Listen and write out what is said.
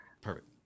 Perfect